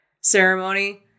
ceremony